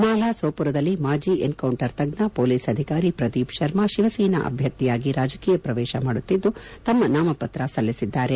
ನಾಲಾ ಸೋಪುರದಲ್ಲಿ ಮಾಜಿ ಎನ್ಕೌಂಟರ್ ತಜ್ಞ ಪೊಲೀಸ್ ಅಧಿಕಾರಿ ಪ್ರದೀಪ್ ಶರ್ಮಾ ಶಿವಸೇನಾ ಅಭ್ಲರ್ಥಿಯಾಗಿ ರಾಜಕೀಯ ಪ್ರವೇಶ ಮಾಡುತ್ತಿದ್ದು ತಮ್ಮ ನಾಮಪತ್ರ ಸಲ್ಲಿಸಿದ್ದಾರೆ